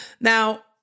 Now